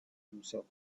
himself